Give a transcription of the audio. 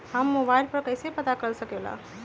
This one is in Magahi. हम मोबाइल पर कईसे पता कर सकींले?